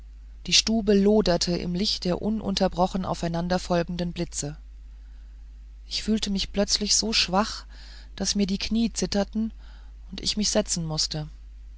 die stube loderte im licht der ununterbrochen aufeinanderfolgenden blitze ich fühlte mich plötzlich so schwach daß mir die knie zitterten und ich mich setzen mußte